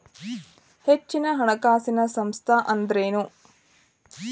ಹೆಚ್ಚಿನ ಹಣಕಾಸಿನ ಸಂಸ್ಥಾ ಅಂದ್ರೇನು?